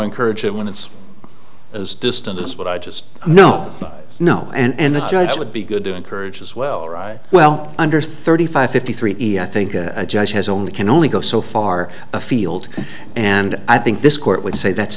encourage it when it's as distant as what i just know snow and a judge would be good to encourage as well right well under thirty five fifty three i think a judge has only can only go so far afield and i think this court would say that's